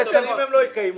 זה כתוב, זה קיים.